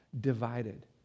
divided